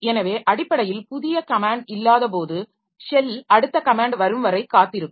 எனவே அடிப்படையில் புதிய கமேன்ட் இல்லாதபோது ஷெல் அடுத்த கமேன்ட் வரும் வரை காத்திருக்கும்